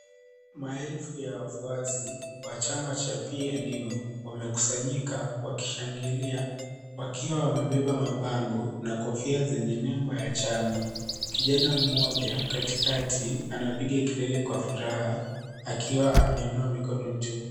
Maelfu ya wafuasi wa chama cha PNU wamekusanyika wakishangilia, wakiwa wamebeba mabango na kofia zenye nembo ya chama. Kijana mmoja katikati anapiga kelele kwa furaha akiwa ameinua mikono juu.